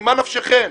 ממה נפשכם?